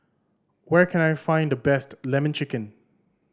where can I find the best Lemon Chicken